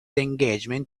engagement